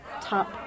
top